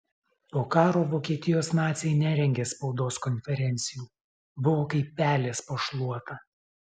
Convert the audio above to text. po karo vokietijos naciai nerengė spaudos konferencijų buvo kaip pelės po šluota